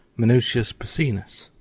manutius procinus,